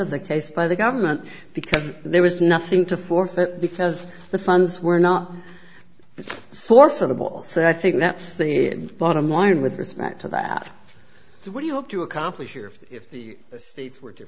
of the case by the government because there was nothing to forfeit because the funds were not for for the ball so i think that's the bottom line with respect to that what do you hope to accomplish